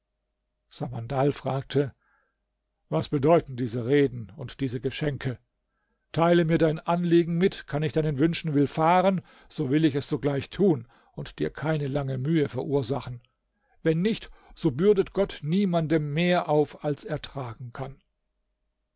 samandal fragte was bedeuten diese reden und diese geschenke teile mir dein anliegen mit kann ich deinen wünschen willfahren so will ich es sogleich tun und dir keine lange mühe verursachen wenn nicht so bürdet gott niemandem mehr auf als er tragen kann